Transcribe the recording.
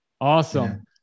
Awesome